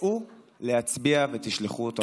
צאו להצביע ותשלחו אותו הביתה.